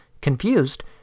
Confused